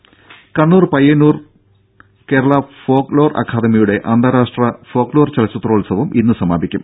ടെട കണ്ണൂർ പയ്യന്നൂരിൽ നടക്കുന്ന കേരള ഫോക് ലോർ അക്കാദമിയുടെ അന്താരാഷ്ട്ര ഫോക് ലോർ ചലച്ചിത്രോത്സവം ഇന്ന് സമാപിക്കും